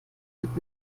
mit